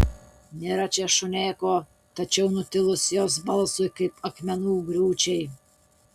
nėra čia šunėko tariau nutilus jos balsui kaip akmenų griūčiai